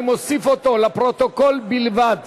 אני מוסיף אותו לפרוטוקול בלבד.